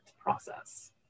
process